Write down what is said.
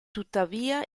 tuttavia